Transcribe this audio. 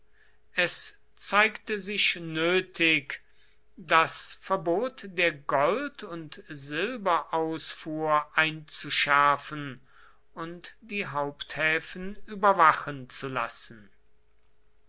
es zeigte sich nötig das verbot der gold und silberausfuhr einzuschärfen und die haupthäfen überwachen zu lassen